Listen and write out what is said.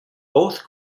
both